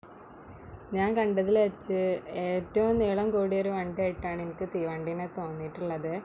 ഞാൻ കണ്ടതിൽ വെച്ച് ഏറ്റവും നീളം കൂടിയൊര് വണ്ടിയായിട്ടാണ് എനിക്ക് തീവണ്ടീനെ തോന്നിയിട്ടുള്ളത്